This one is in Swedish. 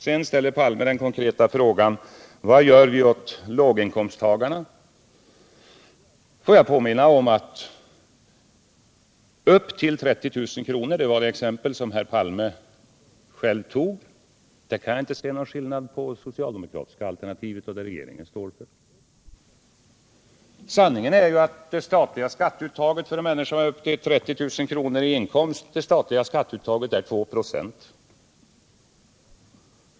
Sedan ställer herr Palme den konkreta frågan vad vi gör åt låginkomsttagarna. Får jag säga att upp till 30 000 kr. — det var det exempel som herr Palme själv tog — kan jag inte se någon skillnad mellan det socialdemokratiska alternativet och det som regeringen står för. Sanningen är ju att det statliga skatteuttaget för människor med upp till 30 000 kr. i inkomst är 2 96.